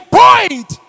point